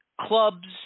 clubs